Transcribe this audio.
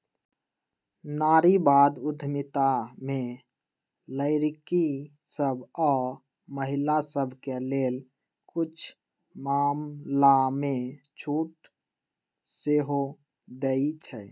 नारीवाद उद्यमिता में लइरकि सभ आऽ महिला सभके लेल कुछ मामलामें छूट सेहो देँइ छै